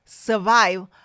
survive